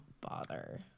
bother